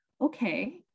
okay